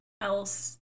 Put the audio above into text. else